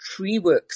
TreeWorks